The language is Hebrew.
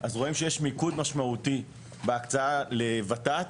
אז רואים שיש מיקוד משמעותי בהקצאה לוות"ת